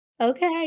okay